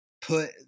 put